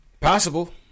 Possible